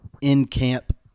in-camp